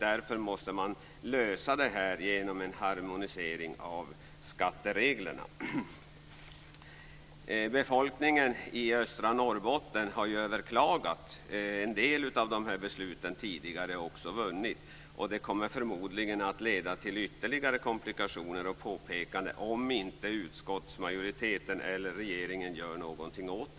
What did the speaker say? Därför måste man lösa det här genom en harmonisering av skattereglerna. Befolkningen i östra Norrbotten har ju överklagat en del av de här besluten tidigare - och också vunnit. Det kommer förmodligen att leda till ytterligare komplikationer och påpekanden om inte utskottsmajoriteten eller regeringen gör något.